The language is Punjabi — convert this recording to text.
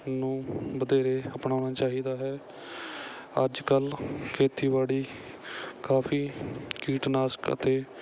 ਨੂੰ ਵਧੇਰੇ ਅਪਣਾਉਣਾ ਚਾਹੀਦਾ ਹੈ ਅੱਜ ਕੱਲ ਖੇਤੀਬਾੜੀ ਕਾਫੀ ਕੀਟਨਾਸ਼ਕ ਅਤੇ